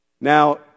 Now